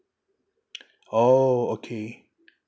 oh okay